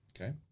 Okay